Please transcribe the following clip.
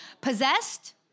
Possessed